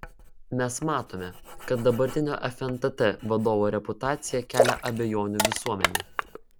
mes matome kad dabartinio fntt vadovo reputacija kelia abejonių visuomenei